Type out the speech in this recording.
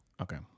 Okay